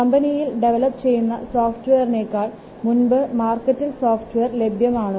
കമ്പനിയിൽ ഡെവലപ്പ് ചെയ്യുന്ന സോഫ്റ്റ്വെയർനേക്കാൾ മുൻപ് മാർക്കറ്റിൽ സോഫ്റ്റ്വെയർ ലഭ്യമാകുമോ